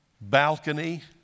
balcony